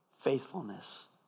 faithfulness